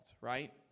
right